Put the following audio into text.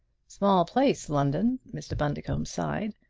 small place, london! mr. bundercombe sighed.